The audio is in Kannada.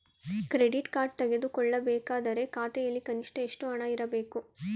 ಕ್ರೆಡಿಟ್ ಕಾರ್ಡ್ ತೆಗೆದುಕೊಳ್ಳಬೇಕಾದರೆ ಖಾತೆಯಲ್ಲಿ ಕನಿಷ್ಠ ಎಷ್ಟು ಹಣ ಇರಬೇಕು?